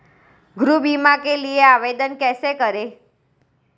गृह बीमा के लिए आवेदन कैसे करें?